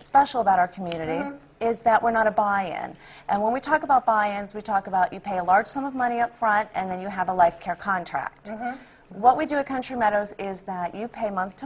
special about our community is that we're not a buy in and when we talk about buy ins we talk about you pay a large sum of money upfront and then you have a life care contract what we do a country meadows is that you pay month to